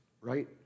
right